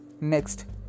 next